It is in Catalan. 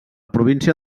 província